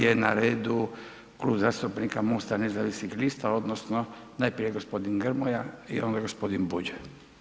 Sada je na redu Klub zastupnika Most-a nezavisnih lista odnosno najprije gospodin Grmoja i onda gospodin Bulj.